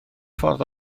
ffordd